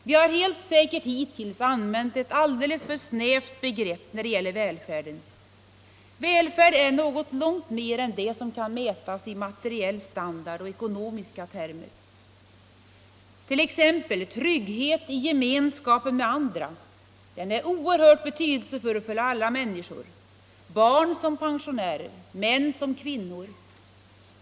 Vi har helt säkert hittills använt ett alldeles för snävt välfärdsbegrepp. Välfärd är något långt mer än det som kan mätas i materiell standard och ekonomiska termer. Tryggheten i gemenskapen med andra är oerhört betydelsefull för alla människor — barn som pensionärer, män som kvinnor.